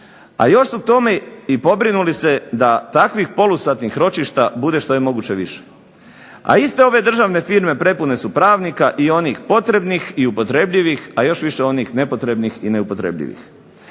a još su k tome i pobrinuli se da takvih polusatnih ročišta bude što je moguće više. A iste ove državne firme prepune su pravnika i onih potrebnih i upotrebljivih, a još više onih nepotrebnih i neupotrebljivih.